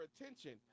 attention